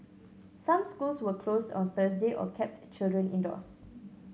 some schools were closed on Thursday or kept children indoors